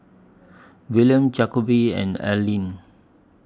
Willaim Jacoby and Alleen